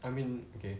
I mean okay